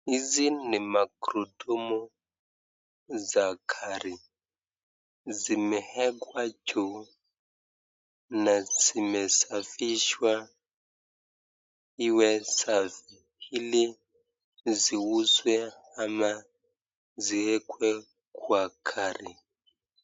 Hizi ni magurudumu za gari zimewekwa juu na zimesafishwa ili ziuzwe ama ziwekwe kwa gari.